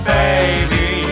baby